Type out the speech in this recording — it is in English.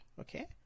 Okay